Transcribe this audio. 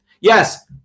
Yes